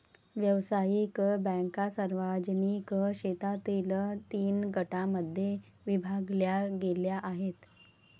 व्यावसायिक बँका सार्वजनिक क्षेत्रातील तीन गटांमध्ये विभागल्या गेल्या आहेत